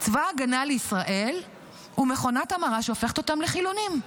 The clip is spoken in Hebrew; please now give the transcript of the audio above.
צבא ההגנה לישראל הוא מכונת המרה שהופכת אותם לחילונים.